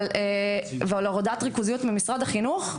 ועל הורדת ריכוזיות ממשרד החינוך,